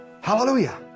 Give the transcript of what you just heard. Hallelujah